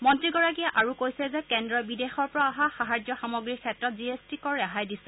মন্ত্ৰীগৰাকীয়ে আৰু কৈছে যে কেন্দ্ৰই বিদেশৰ পৰা অহা সাহায্য সামগ্ৰীৰ ক্ষেত্ৰত জি এছ টি কৰ ৰেহাই দিছে